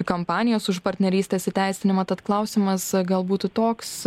kampanijos už partnerystės įteisinimą tad klausimas galbūt toks